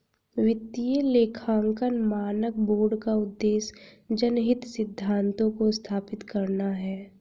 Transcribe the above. वित्तीय लेखांकन मानक बोर्ड का उद्देश्य जनहित सिद्धांतों को स्थापित करना है